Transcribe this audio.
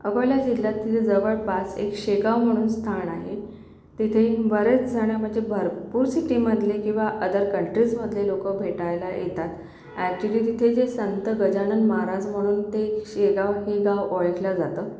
अकोला जिल्ह्यातील जवळपास एक शेगाव म्हणून स्थान आहे तिथे बरेचजणं म्हणजे भरपूर सिटीमधले किंवा अदर कंट्रीजमधले लोकं भेटायला येतात ॲक्च्युली तिथे जे संत गजानन महाराज म्हणून ते शेगाव हे गाव ओळखलं जातं